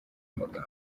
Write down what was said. magambo